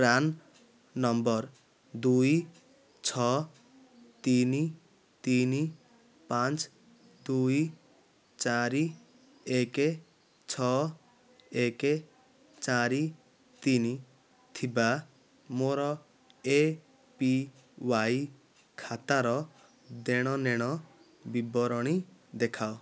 PRAN number ଦୁଇ ଛଅ ତିନି ତିନି ପାଞ୍ଚ ଦୁଇ ଚାରି ଏକ ଛଅ ଏକ ଚାରି ତିନି ଥିବା ମୋର ଏ ପି ୱାଇ ଖାତାର ଦେଣନେଣ ବିବରଣୀ ଦେଖାଅ